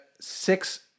six